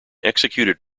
executed